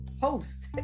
host